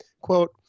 Quote